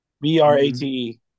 B-R-A-T-E